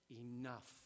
enough